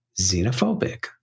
xenophobic